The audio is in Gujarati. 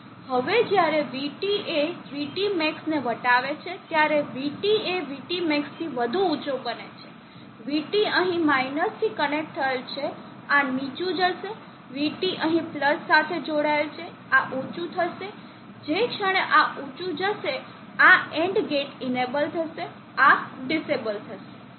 હવે જ્યારે VT એ VTmax ને વટાવે છે ત્યારે VT એ VTmax થી વધુ ઉંચો બને છે VT અહીં માઇનસથી કનેક્ટ થયેલ છે આ નીચું જશે VT અહીં પ્લસ સાથે જોડાયેલ છે આ ઉચું થશે જે ક્ષણે આ ઉચું જશે આ AND ગેટ ઇનેબલ થશે આ ડિસેબલ થશે